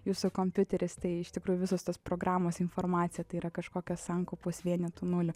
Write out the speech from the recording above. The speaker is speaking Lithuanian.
jūsų kompiuteris tai iš tikrųjų visos tos programos informacija tai yra kažkokios sankaupos vienetų nulių